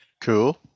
Cool